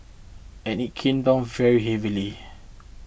and it came down very heavily